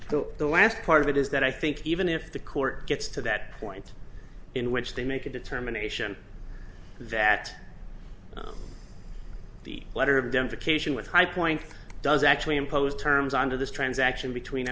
so the last part of it is that i think even if the court gets to that point in which they make a determination that the letter of denver cation with highpoint does actually impose terms on to this transaction between